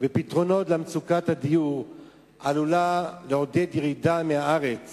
והעדר פתרונות למצוקת הדיור עלולים לעודד את הירידה מהארץ